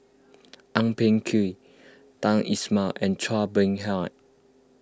Ang Peng Tiam Hamed Ismail and Chua Beng Huat